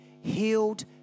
Healed